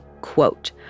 quote